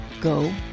go